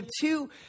two